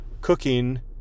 cooking